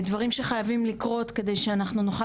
דברים שחייבים לקרות כדי שאנחנו נוכל